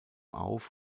auf